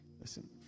Listen